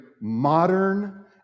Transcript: modern